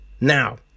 Now